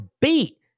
beat